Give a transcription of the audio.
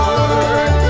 Lord